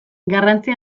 garrantzi